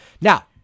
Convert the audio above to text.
Now